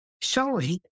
showing